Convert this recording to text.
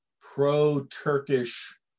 pro-turkish